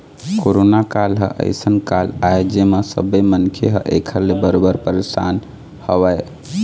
corona काल ह अइसन काल आय जेमा सब्बे मनखे ह ऐखर ले बरोबर परसान हवय